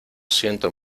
siento